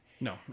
No